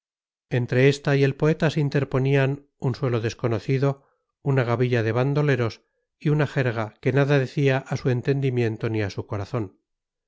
entre esta y el poeta se interponían un suelo desconocido una gavilla de bandoleros y una jerga que nada decía a su entendimiento ni a su corazón